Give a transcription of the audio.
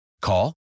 Call